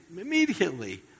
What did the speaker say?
immediately